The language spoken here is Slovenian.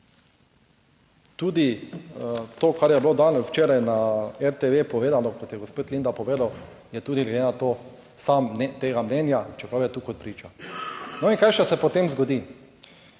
tudi to, kar je bilo danes včeraj na RTV povedano, kot je gospod Lindav povedal, je tudi glede na to sam tega mnenja, čeprav je tu kot priča. No, in kaj še se potem zgodi.